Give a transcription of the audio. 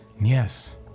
Yes